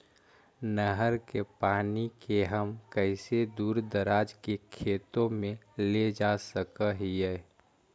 नहर के पानी के हम कैसे दुर दराज के खेतों में ले जा सक हिय?